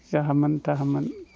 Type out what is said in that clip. जाहामोन थाहामोन